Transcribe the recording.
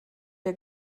der